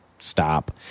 stop